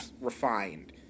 refined